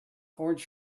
orange